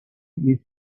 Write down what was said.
you